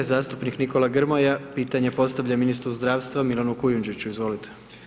Zastupnik Nikola Grmoja pitanje postavlja ministru zdravstva Milanu Kujundžiću, izvolite.